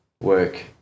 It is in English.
work